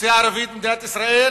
האוכלוסייה הערבית במדינת ישראל